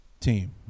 team